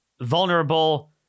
vulnerable